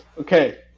okay